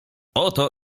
oto